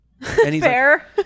Fair